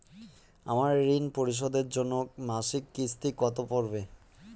আমার ঋণ পরিশোধের জন্য মাসিক কিস্তি কত পড়বে?